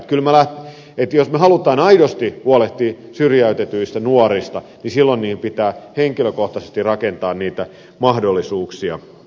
jos me haluamme aidosti huolehtia syrjäytetyistä nuorista silloin pitää henkilökohtaisesti rakentaa niitä mahdollisuuksia